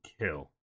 kill